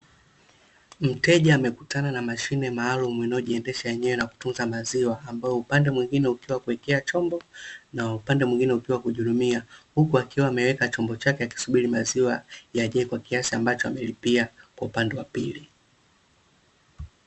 Mteja amekutana na mashine maalum inayojiendesha yenyewe na kutunza maziwa ambayo upande mwingine ukiwa kuwekea chombo, na upande mwingine ukiwa kujihudumia, huku akiwa ameweka chombo chake akisubiri maziwa yajae kwa kiasi ambacho amelipia kwa upande wa pili.